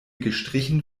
gestrichen